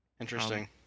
Interesting